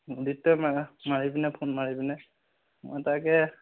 উদীপ্তই মাৰি পিনে ফোন মাৰি পিনে মই তাকে